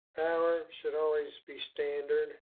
power. should always be standard.